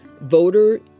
Voter